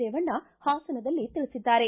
ರೇವಣ್ಣ ಹಾಸನದಲ್ಲಿ ತಿಳಿಸಿದ್ದಾರೆ